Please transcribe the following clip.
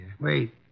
Wait